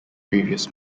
previous